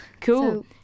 Cool